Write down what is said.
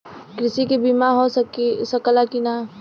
कृषि के बिमा हो सकला की ना?